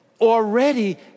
already